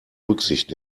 rücksicht